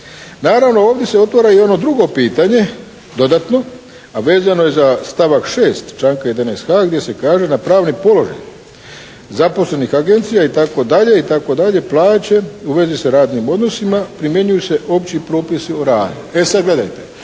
Naravno, ovdje se otvara i ono drugo pitanje dodatno, a vezano je za stavak 6. članka 11.a gdje se kaže da pravni položaj zaposlenih agencija itd., itd. plaćen u vezi sa radnim odnosima primjenjuju se opći propisi o radu. E sad gledajte,